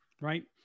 Right